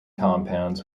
compounds